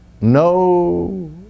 no